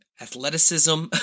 athleticism